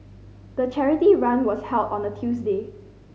the charity run was held on a Tuesday